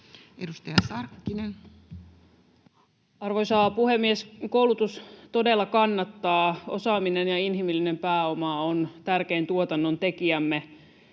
13:03 Content: Arvoisa puhemies! Koulutus todella kannattaa. Osaaminen ja inhimillinen pääoma on tärkein tuotannontekijämme.